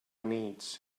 needs